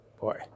boy